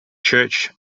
church